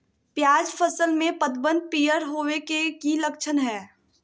प्याज फसल में पतबन पियर होवे के की लक्षण हय?